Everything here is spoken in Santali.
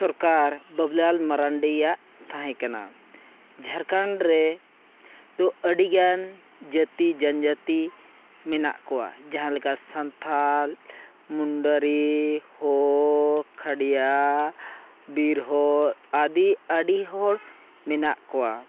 ᱥᱚᱨᱠᱟᱨ ᱵᱟᱵᱩᱞᱟᱞ ᱢᱟᱨᱟᱱᱰᱤᱭᱟᱜ ᱛᱟᱦᱮᱸ ᱠᱟᱱᱟ ᱡᱷᱟᱲᱠᱷᱚᱸᱰᱨᱮ ᱛᱚ ᱟᱹᱰᱤᱜᱟᱱ ᱡᱟᱹᱛᱤ ᱡᱚᱱᱡᱟᱹᱛᱤ ᱢᱮᱱᱟᱜ ᱠᱚᱣᱟ ᱡᱟᱦᱟᱸ ᱞᱮᱠᱟ ᱥᱟᱱᱛᱟᱲ ᱢᱩᱱᱰᱟᱨᱤ ᱦᱳ ᱠᱷᱟᱰᱭᱟ ᱵᱤᱨᱦᱚᱲ ᱟᱹᱰᱤ ᱟᱹᱰᱤ ᱦᱚᱲ ᱢᱮᱱᱟᱜ ᱠᱚᱣᱟ